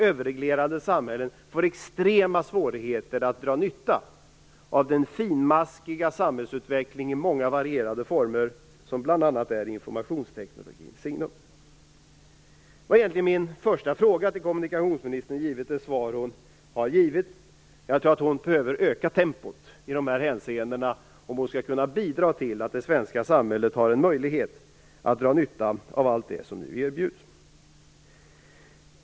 Överreglerade samhällen får extrema svårigheter att dra nytta av den finmaskiga samhällsutveckling i många varierade former som bl.a. är informationsteknikens signum. Det var egentligen min första fråga till kommunikationsministern. Utifrån det svar hon har givit tror jag att hon behöver öka tempot i de här hänseendena om hon skall kunna bidra till att det svenska samhället har en möjlighet att dra nytta av allt det som nu erbjuds.